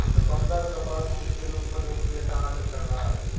चुकंदर सुपरफूड के रूप में लोकप्रियता हासिल कर रहा है